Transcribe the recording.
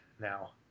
now